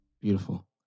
Beautiful